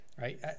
right